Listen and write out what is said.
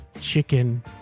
Chicken